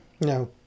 No